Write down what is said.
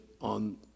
on